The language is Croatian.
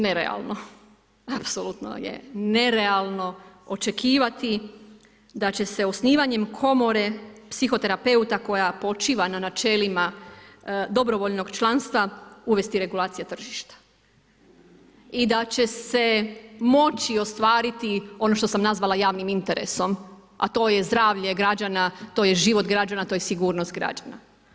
Nerealno, apsolutno je nerealno očekivati da će se osnivanje komore psihoterapeuta koja počiva na načelima dobrovoljnog članstva uvesti regulacija tržišta i da će se moći ostvariti ono što sam nazvala javnim interesom a to je zdravlje građana, to je život građana, to je sigurnost građana.